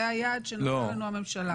זה היעד שנתנה לנו הממשלה.